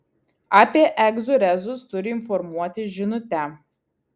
apie egzų rezus turi informuoti žinute